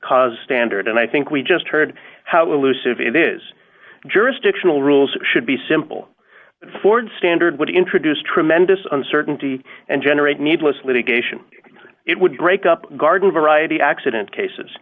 cause standard and i think we just heard how elusive it is jurisdictional rules should be simple ford standard would introduce tremendous uncertainty and generate needless litigation it would break up garden variety accident cases